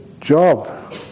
job